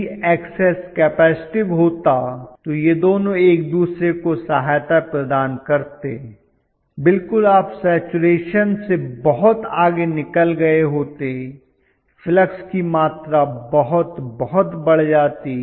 यदि Xs capacitive होता तो ये दोनों एक दूसरे को सहायता प्रदान करते बिल्कुल आप सैचरेशन से बहुत आगे निकल गए होते फ्लक्स की मात्रा बहुत बहुत बढ़ जाती